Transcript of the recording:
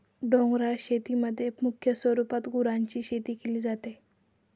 डोंगराळ शेतीमध्ये मुख्य स्वरूपात गुरांची शेती केली जाते